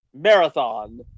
Marathon